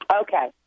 Okay